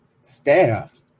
staff